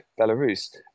Belarus